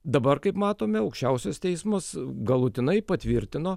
dabar kaip matome aukščiausias teismas galutinai patvirtino